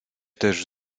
też